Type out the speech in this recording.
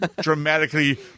dramatically